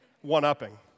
one-upping